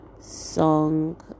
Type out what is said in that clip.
song